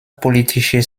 politische